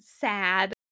sad